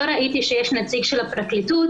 לא ראיתי שיש נציג של הפרקליטות,